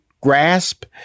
grasp